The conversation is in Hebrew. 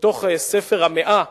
ובתוך ספר המאה